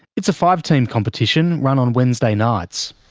it's a five-team competition run on wednesday nights.